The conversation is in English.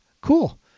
cool